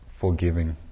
forgiving